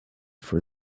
for